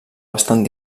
bastant